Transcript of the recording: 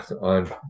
on